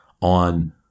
on